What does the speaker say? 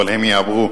אבל הן יעברו.